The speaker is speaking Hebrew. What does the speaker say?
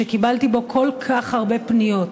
שקיבלתי בו כל כך הרבה פניות.